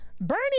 Bernie